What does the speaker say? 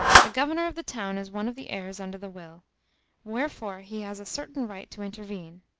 the governor of the town is one of the heirs under the will wherefore he has a certain right to intervene.